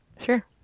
Sure